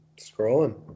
scrolling